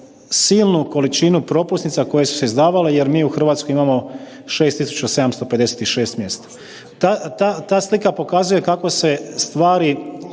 silnu količinu propusnica koje su se izdavale jer mi u Hrvatskoj imamo 6756 mjesta. Ta slika pokazuje kako se stvari